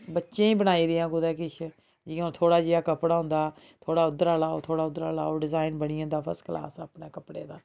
बच्चें ई बनाई देआं कुतै किश जि'यां थोह्ड़ा जेहा कपड़ा होंदा थोह्ड़ा उद्धरा लाओ थोह्ड़ा इद्धरा लाओ डिजाइन बनी जदां फस्ट कलास अपने कपड़े दा